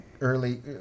Early